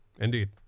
Indeed